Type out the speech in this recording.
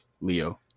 Leo